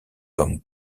comme